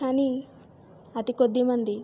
కానీ అతి కొద్దిమంది